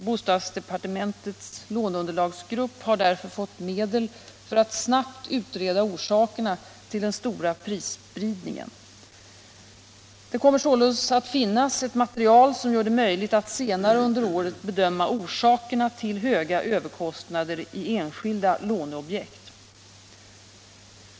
Bostadsdepartementets låneunderlagsgrupp har därför fått medel för att snabbt utreda orsakerna till den stora prisspridningen. Det kommer således att finnas ett material som gör det möjligt att senare under året bedöma orsakerna till höga överkostnader i enskilda låneobjekt.